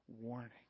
warning